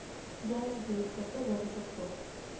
Gas bill कसे भरू शकतो?